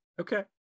okay